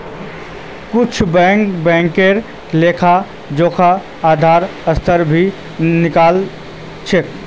कुछु बैंक बैंकेर लेखा जोखा आधा सालत भी निकला छ